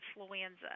influenza